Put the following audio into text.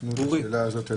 הפנו את השאלה הזאת אלייך.